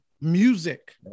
Music